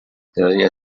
quedaria